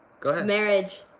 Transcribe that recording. go ahead. marriage.